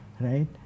right